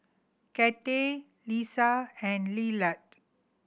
Kathy Lesa and Lillard